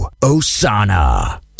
Osana